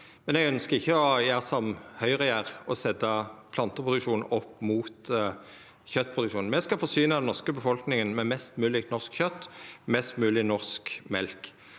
men eg ønskjer ikkje å gjera som Høgre gjer, å setja planteproduksjonen opp mot kjøtproduksjonen. Me skal forsyna den norske befolkninga med mest mogleg norsk kjøt, mest mogleg norsk mjølk.